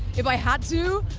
if i had to?